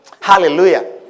Hallelujah